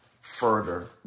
further